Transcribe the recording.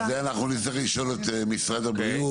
אנחנו נצטרך לשאול את משרד הבריאות